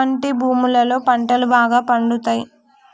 ఎటువంటి భూములలో పంటలు బాగా పండుతయ్?